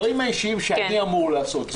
הדברים האישיים שאני אמור לעשות,